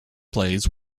plays